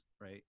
right